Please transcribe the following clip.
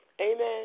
Amen